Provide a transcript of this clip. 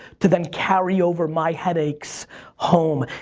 to then carry over my headaches home,